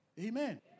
Amen